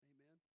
Amen